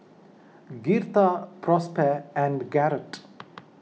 Girtha Prosper and Garrett